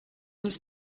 this